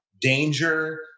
danger